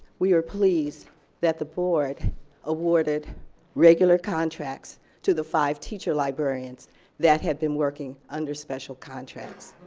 we are pleased that the board awarded regular contracts to the five teacher librarians that had been working under special contracts.